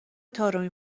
طارمی